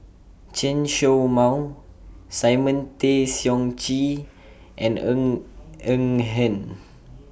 Chen Show Mao Simon Tay Seong Chee and Ng Eng Hen